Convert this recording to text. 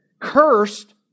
Cursed